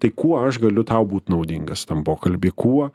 tai kuo aš galiu tau būt naudingas tam pokalby kuo